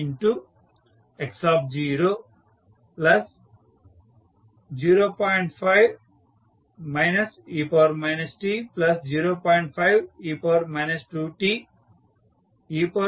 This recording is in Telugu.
5 e t0